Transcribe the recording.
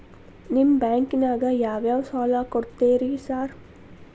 ನಿಮ್ಮ ಬ್ಯಾಂಕಿನಾಗ ಯಾವ್ಯಾವ ಸಾಲ ಕೊಡ್ತೇರಿ ಸಾರ್?